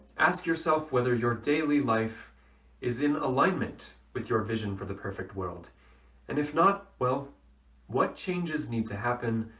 ask yourself whether your daily life is in alignment with your vision for the perfect world and if not well what changes need to happen